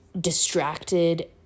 distracted